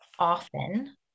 often